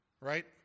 right